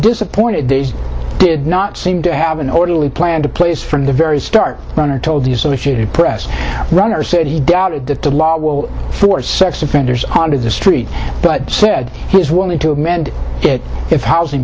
disappointed they did not seem to have an orderly plan to place from the very start runner told the associated press runner said he doubted that the law will force sex offenders onto the street but said he was willing to amend it if housing